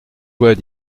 vois